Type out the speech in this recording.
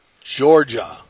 Georgia